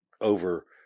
over